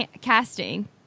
casting